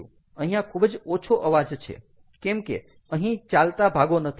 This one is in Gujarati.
અહીંયા ખૂબ જ ઓછો અવાજ છે કેમ કે અહીં ચાલતા ભાગો નથી